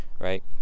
Right